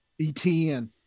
ETN